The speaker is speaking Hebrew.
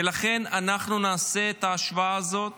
ולכן אנחנו נעשה את ההשוואה הזאת